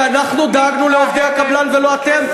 שאנחנו דאגנו לעובדי הקבלן ולא אתם?